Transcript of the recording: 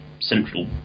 central